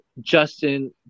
Justin